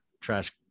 trash